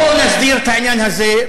בואו נסדיר את העניין הזה,